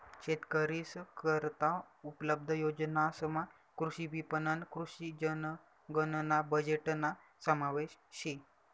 शेतकरीस करता उपलब्ध योजनासमा कृषी विपणन, कृषी जनगणना बजेटना समावेश शे